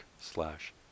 slash